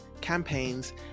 campaigns